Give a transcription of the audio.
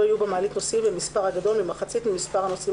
לא יהיו במעלית נוסעים במספר הגדול ממחצית ממספר הנוסעים